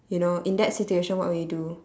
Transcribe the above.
you know in that situation what would you do